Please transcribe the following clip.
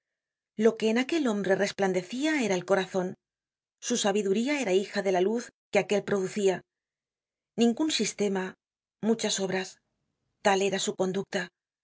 en aquel hombre resplandecia era el corazon su sabiduría era hija de la luz que aquel producia ningún sistema muchas obras tal era su conducta